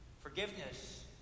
Forgiveness